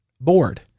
bored